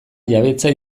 jabetza